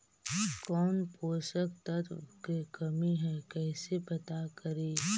कौन पोषक तत्ब के कमी है कैसे पता करि?